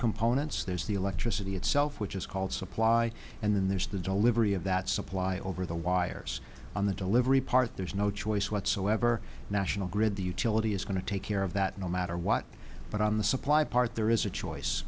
components there's the electricity itself which is called supply and then there's the delivery of that supply over the wires on the delivery part there's no choice whatsoever national grid the utility is going to take care of that no matter what but on the supply part there is a choice